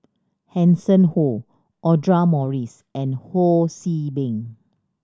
Hanson Ho Audra Morrice and Ho See Beng